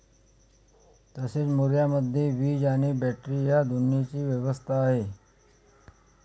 तसेच मोऱ्यामध्ये वीज आणि बॅटरी या दोन्हीची व्यवस्था आहे